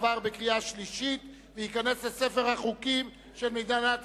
עבר בקריאה שלישית וייכנס לספר החוקים של מדינת ישראל.